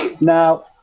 Now